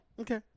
Okay